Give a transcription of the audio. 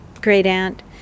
great-aunt